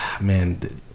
man